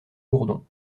gourdon